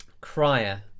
crier